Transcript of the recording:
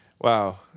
Wow